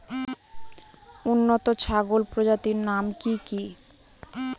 উন্নত ছাগল প্রজাতির নাম কি কি?